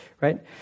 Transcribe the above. right